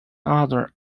other